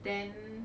then